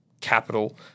capital